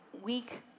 week